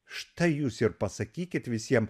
štai jūs ir pasakykit visiem